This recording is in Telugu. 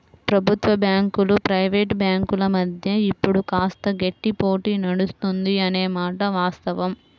ప్రభుత్వ బ్యాంకులు ప్రైవేట్ బ్యాంకుల మధ్య ఇప్పుడు కాస్త గట్టి పోటీ నడుస్తుంది అనే మాట వాస్తవం